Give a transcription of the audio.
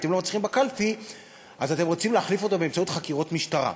אתם לא מצליחים בקלפי אז אתם רוצים להחליף אותו באמצעות חקירות משטרה.